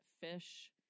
fish